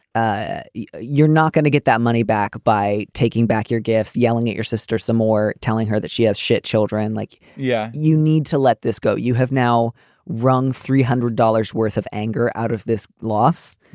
ah you're not going to get that money back by taking back your gifts, yelling at your sister some more, telling her that she has shit. children like, yeah, you need to let this go. you have now rung three hundred dollars worth of anger out of this loss,